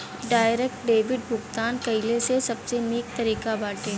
direct debit भुगतान कइला से सबसे निक तरीका बाटे